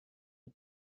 the